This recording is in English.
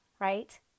Right